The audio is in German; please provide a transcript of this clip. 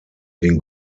den